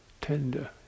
tender